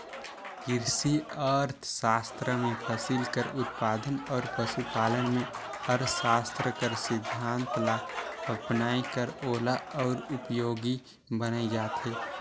किरसी अर्थसास्त्र में फसिल कर उत्पादन अउ पसु पालन में अर्थसास्त्र कर सिद्धांत ल अपनाए कर ओला अउ उपयोगी बनाए जाथे